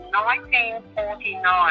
1949